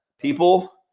People